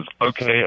okay